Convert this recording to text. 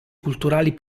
culturali